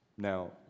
Now